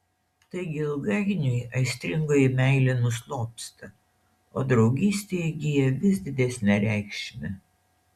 taigi ilgainiui aistringoji meilė nuslopsta o draugystė įgyja vis didesnę reikšmę